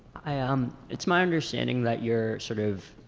hi. um it's my understanding that you're sort of